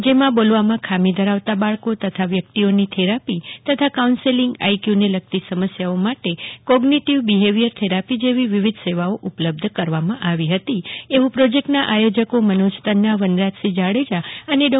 જેમાં બોલવામાં ખામી ધરાવતા બાળકો તથા વ્યક્તિઓની થેરાપી તથા કાઉન્સેલિંગ આઈકયુ ને લગતી સમસ્યાઓ માટે કોઝ્નીટીવ બિહેવિયર થેરાપી જેવી વિવિધ સેવાઓ ઉપલબ્ધ કરવામાં આવી હતી એવું આ પ્રોજેક્ટના આયોજકો મનોજ તન્ના વનરાજ સિંહ જાડેજા અને ડો